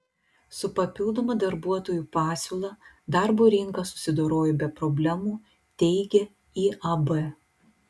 su papildoma darbuotojų pasiūla darbo rinka susidorojo be problemų teigia iab